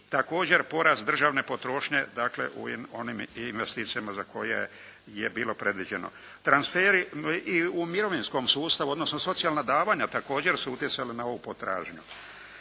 također porast državne potrošnje, dakle u onim investicijama za koje je bilo predviđeno. Transferi i u mirovinskom sustavu, odnosno socijalna davanja također su utjecali na ovu potražnju.